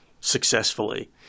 successfully